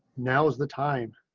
now's the time